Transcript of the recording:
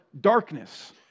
darkness